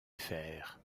faire